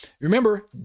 Remember